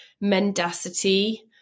mendacity